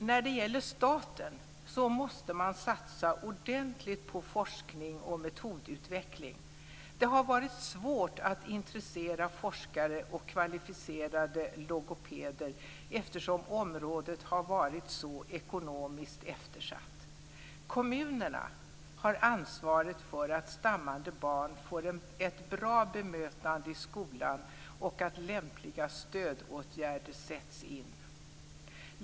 När det gäller staten måste man satsa ordentligt på forskning och metodutveckling. Det har varit svårt att intressera forskare och kvalificerade logopeder, eftersom området har varit så ekonomiskt eftersatt. Kommunerna har ansvaret för att stammande barn får ett bra bemötande i skolan och att lämpliga stödåtgärder sätts in.